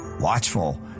watchful